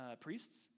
priests